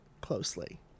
closely